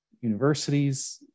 universities